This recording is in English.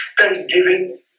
thanksgiving